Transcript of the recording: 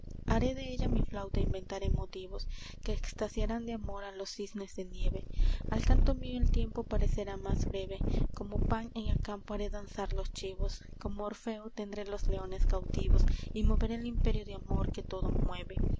haré de ella mi flauta e inventaré motivos que extasiarán de amor a los cisnes de nieve al canto mío el tiempo parecerá más breve como pan en el campo haré danzar los chivos como orfeo tendré los leones cautivos y moveré el imperio de amor que todo mueve